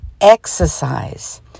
exercise